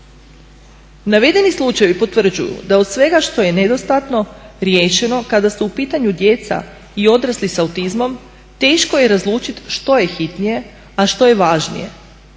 Navedeni slučajevi potvrđuju da od svega što je nedostatno riješeno kada su u pitanju djeca i odrasli s autizmom teško je razlučiti što je hitnije, a što je važnije